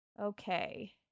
Okay